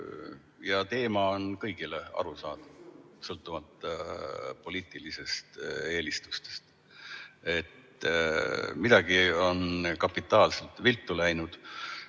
ja teema on kõigile arusaadav, sõltumata poliitilistest eelistustest. Midagi on kapitaalselt viltu läinud